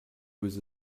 was